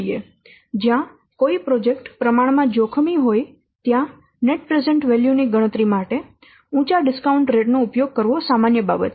જ્યાં કોઈ પ્રોજેક્ટ પ્રમાણમાં જોખમી હોય ત્યાં નેટ પ્રેઝન્ટ વેલ્યુ ની ગણતરી માટે ઉંચા ડિસ્કાઉન્ટ રેટ નો ઉપયોગ કરવો સામાન્ય બાબત છે